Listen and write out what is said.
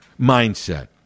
mindset